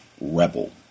rebel